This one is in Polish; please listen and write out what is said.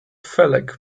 felek